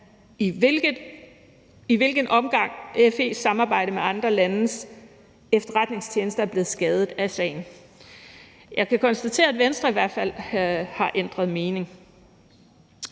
i hvilket omfang FE's samarbejde med andre landes efterretningstjenester er blevet skadet af sagen. Jeg kan konstatere, at Venstre i hvert fald har ændret mening.